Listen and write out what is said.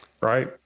right